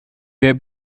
der